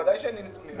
ודאי שאין לי נתונים.